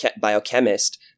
biochemist